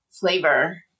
Flavor